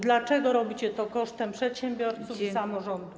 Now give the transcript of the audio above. Dlaczego robicie to kosztem przedsiębiorców i samorządów?